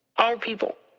all people.